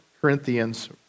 Corinthians